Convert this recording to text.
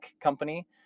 company